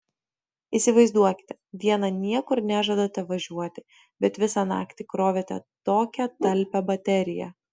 įsivaizduokite dieną niekur nežadate važiuoti bet visą naktį krovėte tokią talpią bateriją